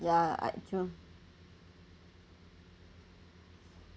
ya I true